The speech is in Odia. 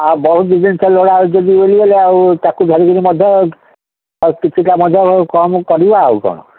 ଆଉ ବହୁତ ଜିନିଷ ଦରକାର ହେଉଛି ଯଦି ଆଉ ତାକୁ ଧରିକିରି ମଧ୍ୟ କିଛିଟା ମଧ୍ୟ କମ କରିବା ଆଉ କ'ଣ